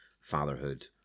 fatherhood